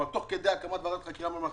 אבל תוך כדי הקמת ועדת חקירה ממלכתית,